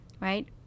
right